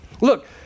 Look